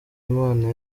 imana